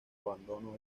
abandono